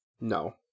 No